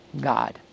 God